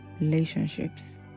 relationships